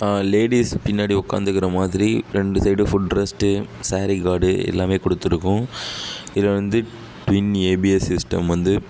ladies பின்னாடி உக்காந்துக்கிற மாதிரி ரெண்டு side foot rest sari guard எல்லாமே கொடுத்துருக்கும் இதில் வந்து டிவின் ஏபிஎஸ் சிஸ்டம் வந்து